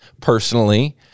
personally